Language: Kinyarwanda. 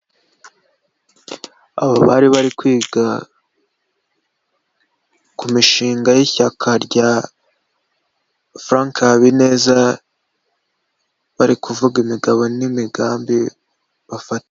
Aba bari kwiga ku mishinga y'ishyaka rya Frank Habineza, bari kuvuga imigabo n'imigambi bafatanyije.